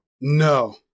no